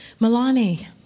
milani